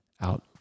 out